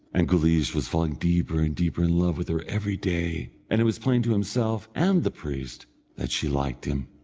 and guleesh was falling deeper and deeper in love with her every day, and it was plain to himself and the priest that she liked him.